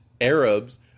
Arabs